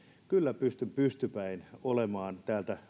kyllä pystyn pystypäin olemaan